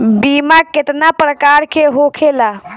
बीमा केतना प्रकार के होखे ला?